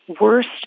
worst